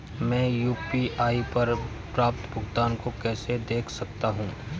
मैं यू.पी.आई पर प्राप्त भुगतान को कैसे देख सकता हूं?